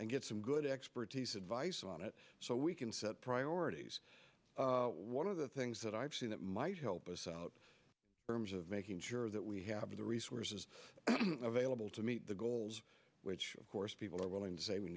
and get some good expertise advice on it so we can set priorities one of the things that i've seen that might help us out berms of making sure that we have the resources available to meet the goals which of course people are willing to say w